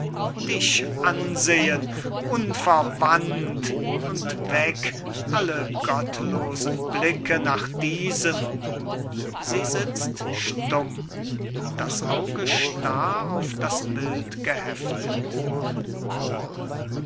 dich ansehen unverwandt und weg alle gottlosen blicke nach diesem sie sitzt stumm das auge starr auf das bild geheftet moor